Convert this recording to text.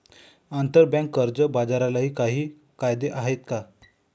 आंतरबँक कर्ज बाजारालाही काही कायदे आहेत का?